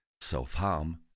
self-harm